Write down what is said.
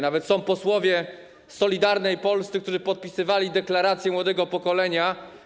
Nawet są posłowie z Solidarnej Polski, którzy podpisywali deklarację młodego pokolenia.